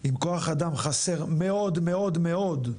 עם כוח אדם חסר מאוד מאוד מאוד,